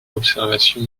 observation